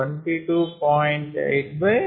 80